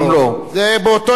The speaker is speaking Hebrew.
זה באותו עניין.